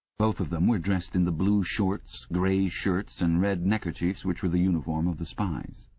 both of them were dressed in the blue shorts, grey shirts, and red neckerchiefs which were the uniform of the spies.